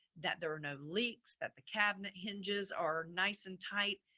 that there are no leaks, that the cabinet hinges are nice and tight,